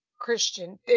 Christian